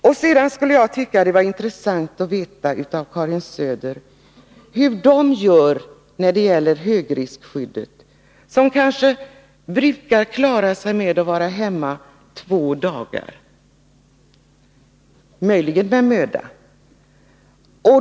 Beträffande högriskskyddet vore det intressant att få veta av Karin Söder hur de gör som brukar klara sig, möjligen med möda, med att vara hemma två dagar.